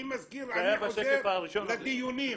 אני חוזר לדיונים.